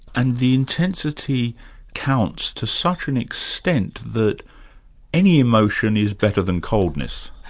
and the intensity counts to such an extent that any emotion is better than coldness.